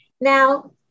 now